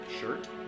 shirt